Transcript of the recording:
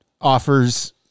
offers